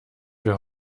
wir